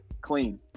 Clean